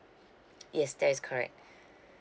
yes that is correct